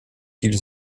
qu’il